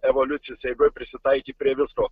evoliucijos eigoj prisitaikė prie dėl to